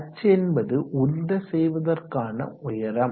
h என்பது உந்த செய்வதற்கான உயரம்